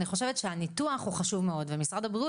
אני חושבת שהניתוח הוא חשוב מאוד ומשרד הבריאות